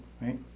right